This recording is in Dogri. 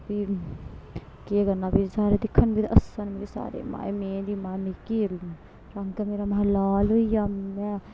फ्ही केह् करना फ्ही सारे दिक्खन ते हस्सन मिगी सारे माए में माए मिकी रंग मेरा महां लाल होई गेआ में